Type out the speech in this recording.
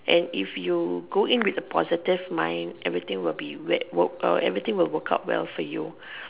and if you go in with a positive mind everything will be work work uh everything will work out well for you